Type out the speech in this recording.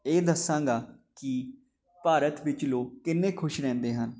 ਇਹ ਦੱਸਾਂਗਾ ਕਿ ਭਾਰਤ ਵਿੱਚ ਲੋਕ ਕਿੰਨੇ ਖੁਸ਼ ਰਹਿੰਦੇ ਹਨ